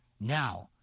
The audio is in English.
Now